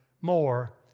more